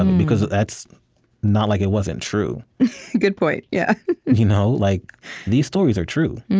um because that's not like it wasn't true good point yeah you know like these stories are true.